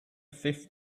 fifth